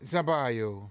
Zabayo